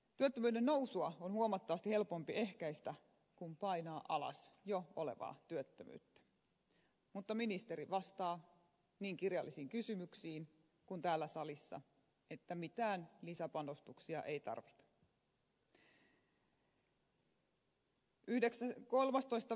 työttömyyden nousua on huomattavasti helpompi ehkäistä kuin painaa alas jo olevaa työttömyyttä mutta ministeri vastaa niin kirjallisiin kysymyksiin kuin täällä salissa että mitään lisäpanostuksia ei tarvita